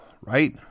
right